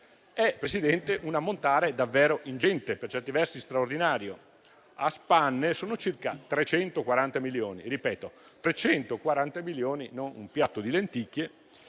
Si tratta di un ammontare davvero ingente, per certi versi straordinario: a spanne sono circa 340 milioni - ripeto, 340 milioni, non un piatto di lenticchie